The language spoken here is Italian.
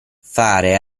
fare